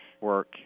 work